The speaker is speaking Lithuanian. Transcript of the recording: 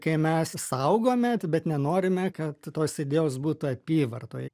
kai mes saugome bet nenorime kad tos idėjos būtų apyvartoj